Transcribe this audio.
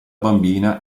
bambina